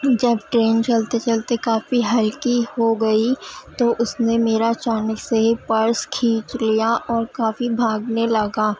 جب ٹرین چلتے چلتے کافی ہلکی ہو گئی تو اس نے میرا اچانک سے ہی پرس کھینچ لیا اور کافی بھاگنے لگا